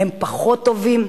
הם פחות טובים?